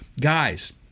Guys